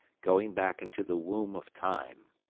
going back into the womb of time.